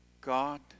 God